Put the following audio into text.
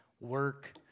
work